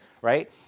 right